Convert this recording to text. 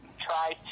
try